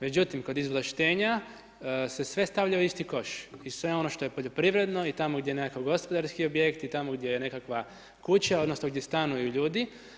Međutim, kod izvlaštenja se sve stavlja u isti koš i sve ono što je poljoprivredno i tamo gdje je nekakav gospodarski objekt i tamo gdje je nekakva kuća odnosno gdje stanuju ljudi.